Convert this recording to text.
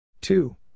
two